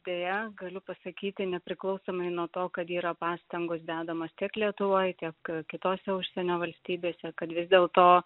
deja galiu pasakyti nepriklausomai nuo to kad yra pastangos dedamos tiek lietuvoj tiek kitose užsienio valstybėse kad vis dėl to